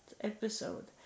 episode